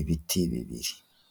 ibiti bibiri.